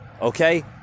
okay